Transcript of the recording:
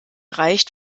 reicht